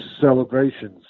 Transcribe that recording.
celebrations